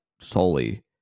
solely